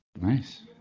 Nice